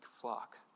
flock